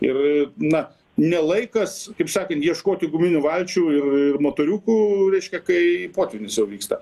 ir na ne laikas kaip sakant ieškoti guminių valčių ir ir motoriukų reiškia kai potvynis jau vyksta